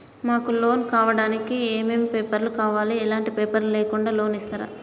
మాకు లోన్ కావడానికి ఏమేం పేపర్లు కావాలి ఎలాంటి పేపర్లు లేకుండా లోన్ ఇస్తరా?